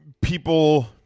people